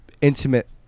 intimate